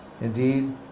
Indeed